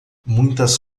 muitas